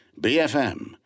BFM